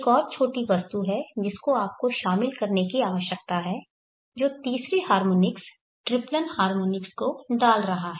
एक और छोटी वस्तु है जिसे आपको शामिल करने की आवश्यकता है जो तीसरे हार्मोनिक्स ट्रिप्लन हार्मोनिक्स को डाल रहा है